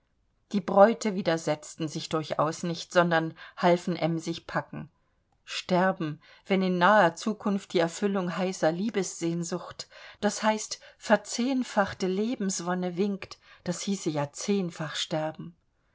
die bräute widersetzten sich durchaus nicht sondern halfen emsig packen sterben wenn in naher zukunft die erfüllung heißer liebessehnsucht das heißt verzehnfachte lebenswonne winkt das hieße ja zehnfach sterben